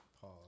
Pause